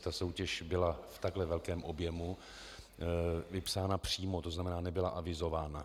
Ta soutěž byla v takhle velkém objemu vypsána přímo, to znamená, nebyla avizována.